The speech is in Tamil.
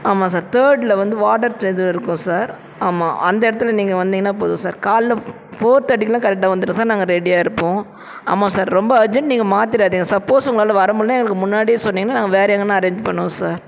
ஆமாம் சார் தேர்டுல வந்து வார்டர் இருக்கும் சார் ஆமாம் அந்த இடத்துல நீங்கள் வந்திங்கனா போதும் சார் காலைல ஃபோர் தேர்ட்டிக்கெல்லாம் கரெக்டாக வந்துடுங்க சார் நாங்கள் ரெடியாக இருப்போம் ஆமாம் சார் ரொம்ப அர்ஜென்ட் நீங்கள் மாத்திடாதிங்க சப்போஸ் உங்களால் வர முடியல எங்களுக்கு முன்னாடியே சொன்னிங்கனா நாங்கள் வேறு எங்கேனா அரேன்ஜ் பண்ணுவோம் சார்